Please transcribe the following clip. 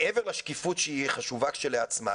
מעבר לשקיפות שהיא חשובה לכשעצמה